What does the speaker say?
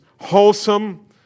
wholesome